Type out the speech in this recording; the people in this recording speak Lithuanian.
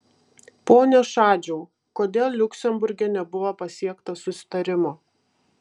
pone šadžiau kodėl liuksemburge nebuvo pasiekta susitarimo